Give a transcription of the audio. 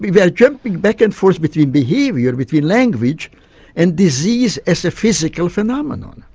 we we are jumping back and forth between behaviour, between language and disease as a physical phenomenon.